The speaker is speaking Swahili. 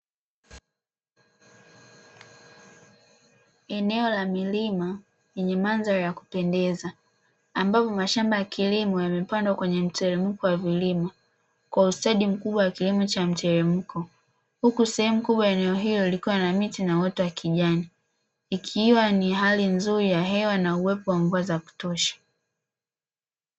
Eneo la milima lenye mandhari ya kupendeza ambapo mashamba ya kilimo yamepandwa kwenye mteremko wa vilima kwa ustadi mkubwa wa kilimo cha mteremko, huku sehemu kubwa ya eneo hilo likiwa na miti na uoto wa kijani ikiwa ni hali nzuri ya hewa na uwepo wa mvua za kutosha.